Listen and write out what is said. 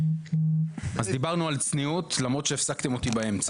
אז דיברנו על צניעות, למרות שהפסקתם אותי באמצע.